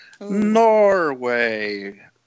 Norway